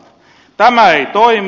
tämä ei toimi